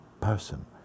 person